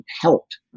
helped